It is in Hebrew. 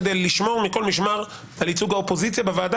כדי לשמור מכל משמר על ייצוג האופוזיציה בוועדה,